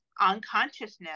unconsciousness